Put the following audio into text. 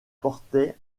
portaient